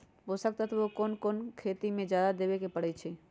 पोषक तत्व क कौन कौन खेती म जादा देवे क परईछी?